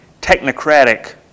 technocratic